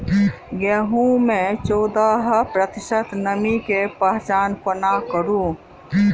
गेंहूँ मे चौदह प्रतिशत नमी केँ पहचान कोना करू?